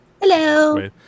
Hello